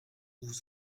vous